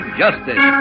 justice